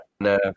no